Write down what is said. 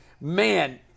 man